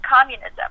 communism